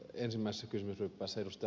ensimmäisessä kysymysryppäässä ed